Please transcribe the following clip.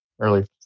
early